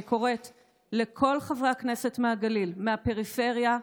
אני קוראת לכל חברי הכנסת מהגליל, מהפריפריה,